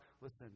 listen